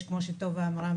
יש כמו שטובה אמרה,